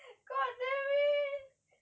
god damn it